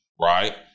right